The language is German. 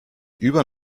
über